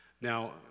Now